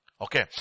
Okay